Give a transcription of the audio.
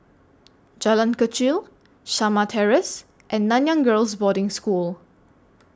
Jalan Kechil Shamah Terrace and Nanyang Girls' Boarding School